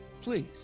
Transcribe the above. please